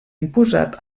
imposat